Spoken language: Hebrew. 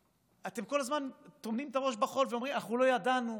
אתם כל הזמן טומנים את הראש בחול ואומרים: אנחנו לא ידענו,